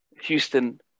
Houston